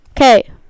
Okay